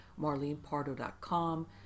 marlenepardo.com